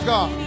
God